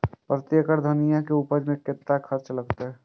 प्रति एकड़ धनिया के उपज में कतेक खर्चा लगते?